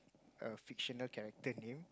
a fictional character name